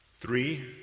Three